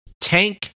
tank